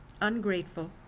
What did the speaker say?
ungrateful